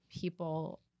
people